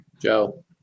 Joe